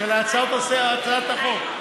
הצעת החוק.